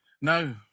No